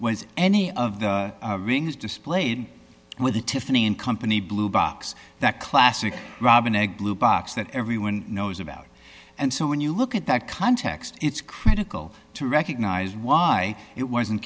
was any of the rings displayed with a tiffany and company blue box that classic robin egg blue box that everyone knows about and so when you look at that context it's critical to recognize why it wasn't